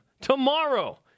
Tomorrow